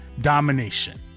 Domination